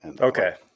Okay